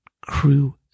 Crew